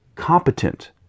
Competent